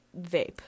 vape